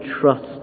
trust